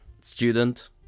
student